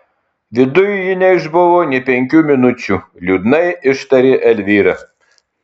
viduj ji neišbuvo nė penkių minučių liūdnai ištarė elvyra